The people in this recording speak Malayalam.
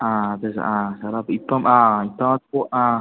ആ അതെ സാർ ആ സാർ ആ ഇപ്പം ആ സാർ ഇപ്പം ആ